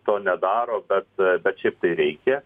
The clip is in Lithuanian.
to nedaro bet bet šiaip tai reikia